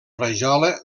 rajola